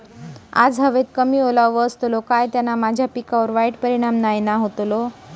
आज हवेत कमी ओलावो असतलो काय त्याना माझ्या पिकावर वाईट परिणाम नाय ना व्हतलो?